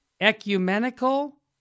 ecumenical